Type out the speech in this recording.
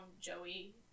Joey